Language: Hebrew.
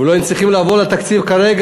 ולא היינו צריכים לבוא לתקציב כרגע,